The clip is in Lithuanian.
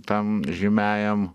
tam žymiajam